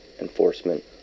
enforcement